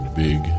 big